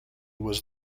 was